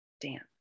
dance